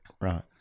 Right